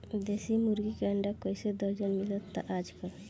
देशी मुर्गी के अंडा कइसे दर्जन मिलत बा आज कल?